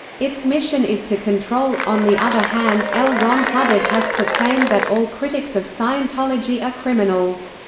its mission is to control on the other hand, l. ron hubbard has proclaimed that all critics of scientology are criminals.